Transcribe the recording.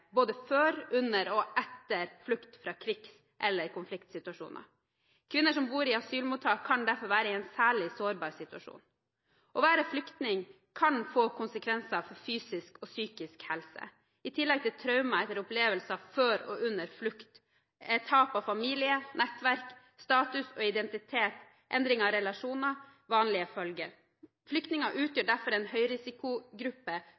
både før, under og etter flukt fra krigs- eller konfliktsituasjoner. Kvinner som bor i asylmottak, kan derfor være i en særlig sårbar situasjon. Å være flyktning kan få konsekvenser for fysisk og psykisk helse. I tillegg til traumer etter opplevelser før og under flukt er tap av familie, nettverk, status, identitet og endringer i relasjoner vanlige følger. Flyktninger